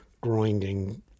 grinding